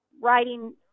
writing